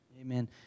Amen